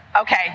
Okay